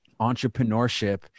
entrepreneurship